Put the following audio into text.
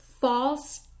false